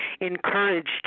encouraged